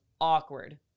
awkward